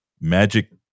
magic